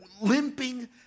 limping